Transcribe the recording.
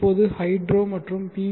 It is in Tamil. இப்போது ஹைட்ரோ மற்றும் பி